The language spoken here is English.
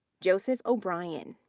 joseph o'bryan.